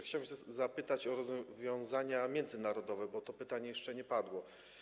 Chciałbym się zapytać o rozwiązania międzynarodowe, bo to pytanie jeszcze nie padło.